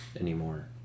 anymore